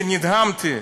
שנדהמתי,